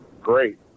great